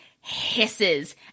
hisses